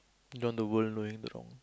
run the world knowing the wrong